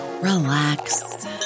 relax